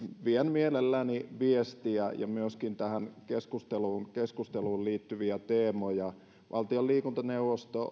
mielelläni viestiä ja myöskin tähän keskusteluun keskusteluun liittyviä teemoja valtion liikuntaneuvosto